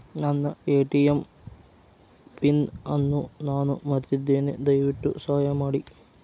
ನನ್ನ ATM pin ಅನ್ನು ನಾನು ಮರೆತಿದ್ದೇನೆ, ದಯವಿಟ್ಟು ಸಹಾಯ ಮಾಡಿ